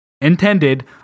intended